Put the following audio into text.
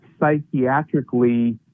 psychiatrically